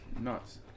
nuts